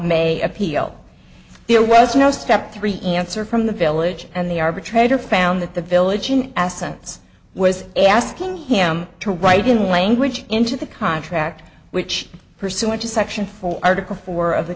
may appeal there was no step three answer from the village and the arbitrator found that the village in absence was asking him to write in language into the contract which pursuant to section four article four of the